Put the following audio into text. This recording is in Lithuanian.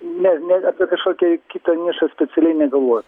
ne ne apie kažkokią kitą nišą specialiai negalvot